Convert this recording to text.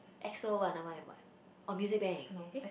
EXO one another one then what oh Music Bank